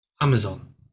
Amazon